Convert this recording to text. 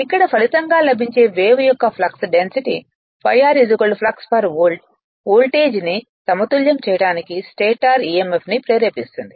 ఇక్కడ ఫలితంగా లభించే వేవ్ యొక్క flux density ∅r flux pole వోల్టేజ్ను సమతుల్యం చేయడానికి స్టేటర్ emf ను ప్రేరేపిస్తుంది